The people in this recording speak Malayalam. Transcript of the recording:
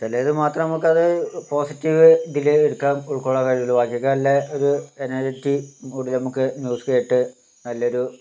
ചിലത് മാത്രം നമുക്കത് പോസിറ്റീവ് ഇതില് വരുത്താം ഉൾകൊള്ളാൻ കഴിയുന്ന ബാക്കിയൊക്ക എല്ലാ ഇത് നെഗറ്റിവിറ്റി കൂടി ന്യൂസ് കേട്ട് നമുക്ക് നല്ലൊരു